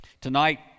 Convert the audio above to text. Tonight